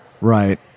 Right